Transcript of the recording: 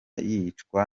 yicwa